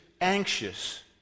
anxious